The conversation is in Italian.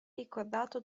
ricordato